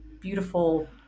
beautiful